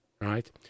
right